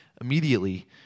Immediately